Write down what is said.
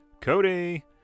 Cody